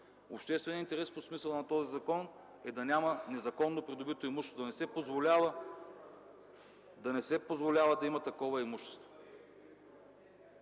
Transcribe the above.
Обществен интерес по смисъла на този закон е да няма незаконно придобито имущество, да не се позволява да има такова имущество.